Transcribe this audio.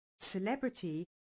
celebrity